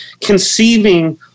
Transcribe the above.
conceiving